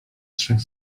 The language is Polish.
trzech